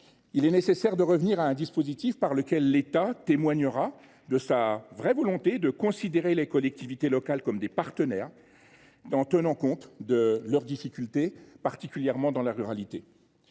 Il est nécessaire de revenir à un dispositif dans lequel l’État témoignera de sa sincère volonté de considérer les collectivités locales comme des partenaires, en tenant compte de leurs difficultés, particulièrement dans la ruralité.